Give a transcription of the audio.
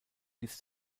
bis